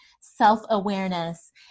self-awareness